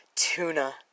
Tuna